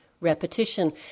repetition